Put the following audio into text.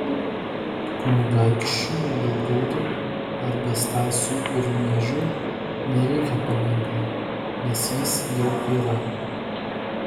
kunigaikščiui vilgaudui arba stasiui urniežiui nereikia paminklo nes jis jau yra